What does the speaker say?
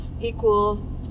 equal